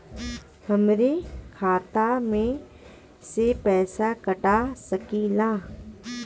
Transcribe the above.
हमरे खाता में से पैसा कटा सकी ला?